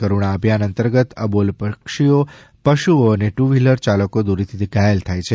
કરૂણા અભિયાન અંતર્ગત અબોલ પક્ષીઓ પશુઓ અને ટુ વ્હીલર યાલકો દોરીથી ઘાયલ થાય છે